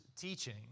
teaching